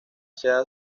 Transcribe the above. sede